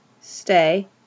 Stay